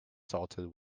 salted